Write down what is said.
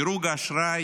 דירוג האשראי